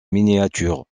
miniatures